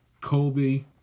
Kobe